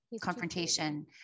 confrontation